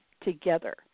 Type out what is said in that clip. together